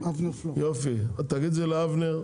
תגיד את זה לאבנר.